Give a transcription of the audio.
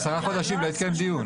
עשרה חודשים לא התקיים דיון.